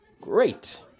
Great